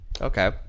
Okay